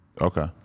Okay